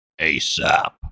asap